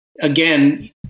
again